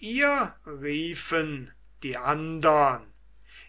ihr riefen die andern